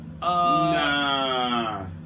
Nah